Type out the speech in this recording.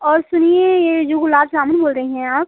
और सुनिए ये जो गुलाब जामुन बोल रही हैं आप